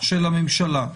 של הממשלה.